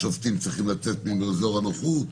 השופטים צריכים לצאת מאזור הנוחות,